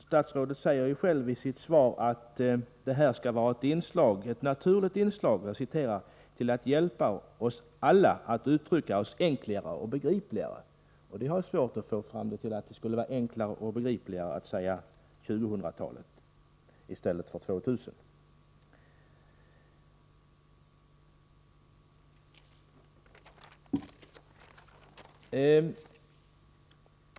Statsrådet säger i sitt svar att han ser rekommendationen ”som ett naturligt inslag i språkvårdarnas arbete med att hjälpa oss alla att uttrycka oss enklare och begripligare”. Jag har svårt att få det till att det skulle vara enklare och begripligare att säga tjugohundratalet i stället för tvåtusentalet.